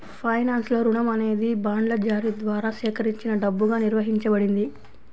ఫైనాన్స్లో, రుణం అనేది బాండ్ల జారీ ద్వారా సేకరించిన డబ్బుగా నిర్వచించబడింది